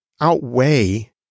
outweigh